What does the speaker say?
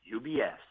UBS